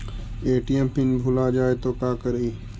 ATM pin भुला जाए तो का करी?